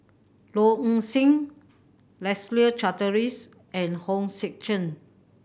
Low Ing Sing Leslie Charteris and Hong Sek Chern